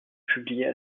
publiées